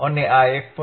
અને આ 1